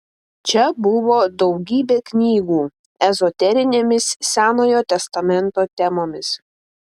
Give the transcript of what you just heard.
čia buvo daugybė knygų ezoterinėmis senojo testamento temomis